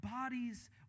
bodies